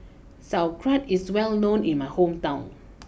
Sauerkraut is well known in my hometown